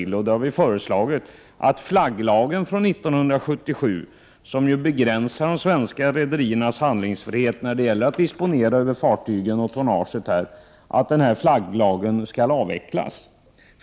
Vi vill dessutom koppla det till att flagglagen från 1977, som ju begränsar de svenska rederiernas handlingsfrihet när det gäller att disponera över fartygen och tonnaget, skall avvecklas.